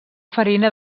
farina